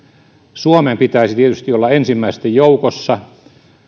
suomen pitäisi tietysti olla ensimmäisten joukossa